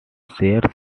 shares